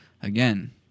Again